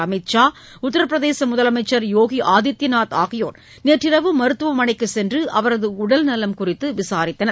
அமித் ஷா உத்தரபிரதேச முதலமைச்சர் யோகி ஆதித்யநாத் ஆகியோர் நேற்றிரவு மருத்துவமனைக்குச் சென்று அவரது உடல்நலம் குறித்து விசாரித்தனர்